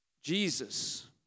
Jesus